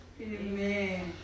Amen